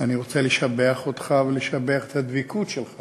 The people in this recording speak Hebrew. אני רוצה לשבח אותך ולשבח את הדבקות שלך